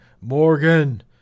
Morgan